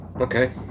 Okay